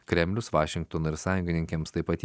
kremlius vašingtonui ir sąjungininkėms taip pat